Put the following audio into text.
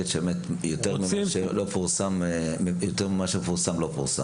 יותר ממה שמדווח, לא מדווח.